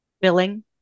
billing